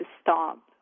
stop